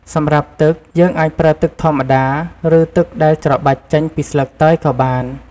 សម្រាប់ទឹក យើងអាចប្រើទឹកធម្មតា ឬទឹកដែលច្របាច់ចេញពីស្លឹកតើយក៏បាន។